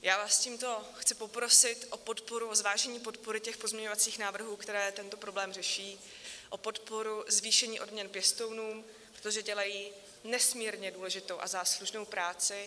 Já vás tímto chci poprosit o podporu, o zvážení podpory těch pozměňovacích návrhů, které tento problém řeší, o podporu zvýšení odměn pěstounům, protože dělají nesmírně důležitou a záslužnou práci.